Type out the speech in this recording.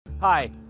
Hi